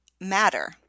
matter